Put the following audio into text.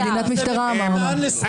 מדינת משטרה אמרנו.